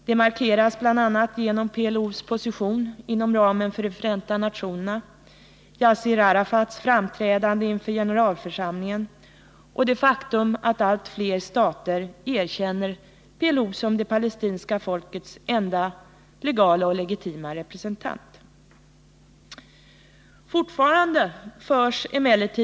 Det markeras bl.a. genom PLO:s position inom ramen för Förenta nationerna, i Yasser Arafats framträdande inför generalförsamlingen och det faktum att allt fler stater erkänner PLO som det palestinska folkets enda legala och legitima representant.